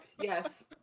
Yes